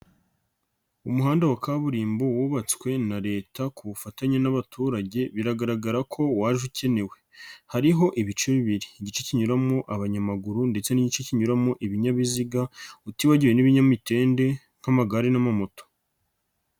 Umuhanda wa kaburimbo wubatswe na leta ku bufatanye n'abaturage, biragaragara ko waje ukenewe. Hariho ibice bibiri. Igice kinyuramwo abanyamaguru ndetse n'igice kinyuramo ibinyabiziga, utibagiwe n'ibinyamitende nk'amagare n'amamoto.